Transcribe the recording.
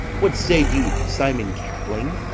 what say you, simon catling?